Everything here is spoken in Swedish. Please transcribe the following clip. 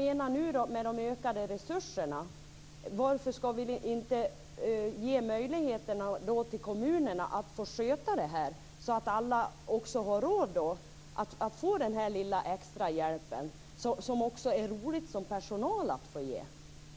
Men när det nu blir ökade resurser, varför skall vi då inte ge kommunerna möjligheter att få sköta detta så att alla har råd att få denna lilla extra hjälp som det också som personal är roligt att få ge?